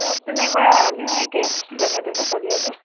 চব তেনেকুৱা আমিও একে যেনে তেনে চলি আছোঁ